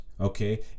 okay